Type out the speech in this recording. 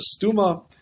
stuma